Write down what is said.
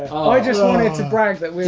i just wanted to brag that were,